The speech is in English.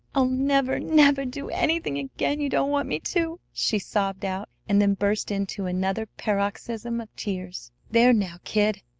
i'll never, never do anything again you don't want me to! she sobbed out, and then burst into another paroxysm of tears. there! now, kid!